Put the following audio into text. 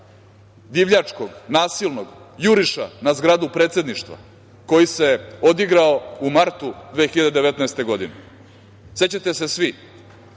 divljačkog, nasilnog juriša na zgradu predsedništva koji se odigrao u martu 2019. godine.Sećate se svi